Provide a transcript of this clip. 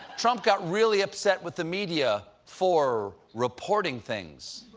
trump got really upset with the media for. reporting things.